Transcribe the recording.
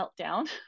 meltdown